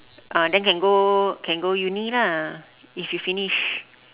ah then can go can go uni lah if you finish